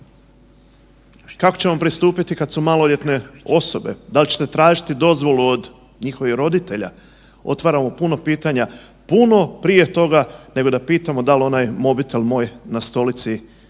kako ćemo pristupiti kad su maloljetne osobe, da li ćete tražiti dozvolu od njihovih roditelja, otvaramo puno pitanja puno prije toga nego da pitamo dal onaj mobitel moj na stolici je